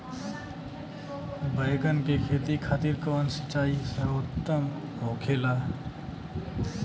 बैगन के खेती खातिर कवन सिचाई सर्वोतम होखेला?